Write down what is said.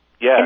Yes